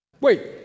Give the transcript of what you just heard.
Wait